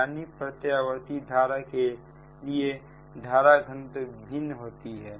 यानी प्रत्यावर्ती धारा के लिए धारा घनत्व भिन्न होता है